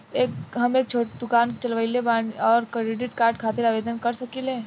हम एक छोटा दुकान चलवइले और क्रेडिट कार्ड खातिर आवेदन कर सकिले?